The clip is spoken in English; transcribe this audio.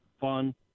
fun